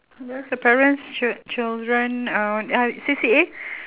there's the parents chil~ children uh ah C_C_A